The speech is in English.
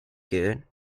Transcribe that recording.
good